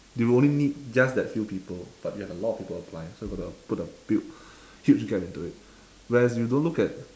they will only need just that few people but you have a lot people applying so gotta put a big huge gap into it whereas you don't look at